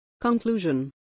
Conclusion